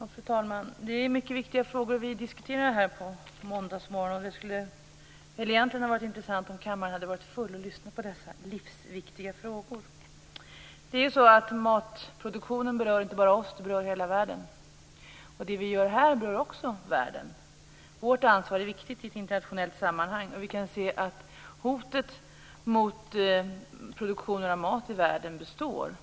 Fru talman! Det är mycket viktiga frågor som vi diskuterar här denna måndagsmorgon. Egentligen skulle det vara intressant om kammaren var full av människor som lyssnade på vad som sägs i dessa livsviktiga frågor. Matproduktionen berör ju inte bara oss, utan den berör hela världen. Vad vi här gör berör också världen. Vårt ansvar är viktigt i ett internationellt sammanhang. Vi kan ju se att hotet mot produktionen av mat i världen består.